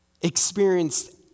experienced